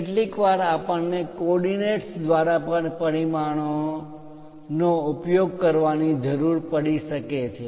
કેટલીકવાર આપણ ને કોઓર્ડિનેટ્સ દ્વારા પણ પરિમાણોનો ઉપયોગ કરવાની જરૂર પડી શકે છે